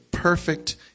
Perfect